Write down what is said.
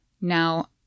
Now